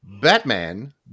Batman